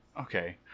okay